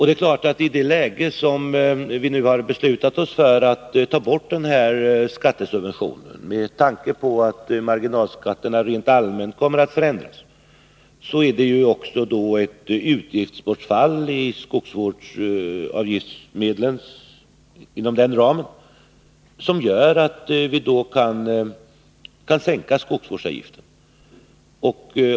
Beslutet att ta bort denna subvention — det har fattats med tanke på att marginalskatterna rent allmänt kommer att förändras — medför ett utgiftsbortfall som gör att vi kan sänka skogsvårdsavgiften.